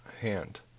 hand